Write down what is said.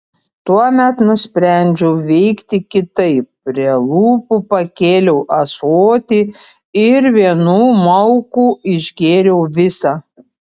tuomet nusprendžiau veikti kitaip prie lūpų pakėliau ąsotį ir vienu mauku išgėriau visą